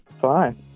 Fine